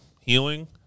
Healing